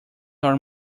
are